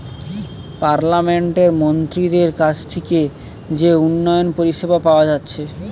পার্লামেন্টের মন্ত্রীদের কাছ থিকে যে উন্নয়ন পরিষেবা পাওয়া যাচ্ছে